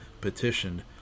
petitioned